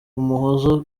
umuhoza